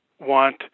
want